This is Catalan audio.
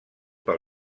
pel